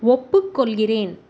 ஒப்புக்கொள்கிறேன்